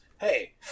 Hey